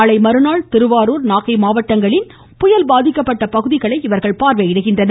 நாளை மறுநாள் திருவாரூர் நாகை மாவட்டங்களில் புயல் பாதிக்கப்பட்ட பகுதிகளை ஆய்வு செய்கின்றனர்